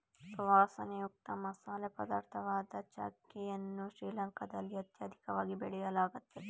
ಸುವಾಸನೆಯುಕ್ತ ಮಸಾಲೆ ಪದಾರ್ಥವಾದ ಚಕ್ಕೆ ಯನ್ನು ಶ್ರೀಲಂಕಾದಲ್ಲಿ ಅತ್ಯಧಿಕವಾಗಿ ಬೆಳೆಯಲಾಗ್ತದೆ